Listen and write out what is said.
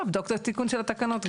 אתה צודק.